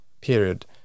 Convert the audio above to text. period